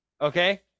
Okay